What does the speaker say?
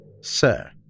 Sir